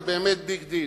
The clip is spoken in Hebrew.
זה באמת ביג-דיל,